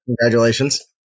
congratulations